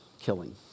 killing